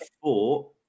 four